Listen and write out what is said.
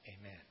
Amen